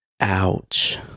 ouch